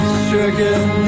stricken